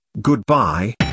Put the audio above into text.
goodbye